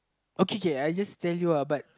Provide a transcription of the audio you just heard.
okay K I just tell you uh but